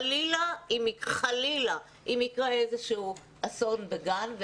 חלילה אם יקרה איזשהו אסון בגן,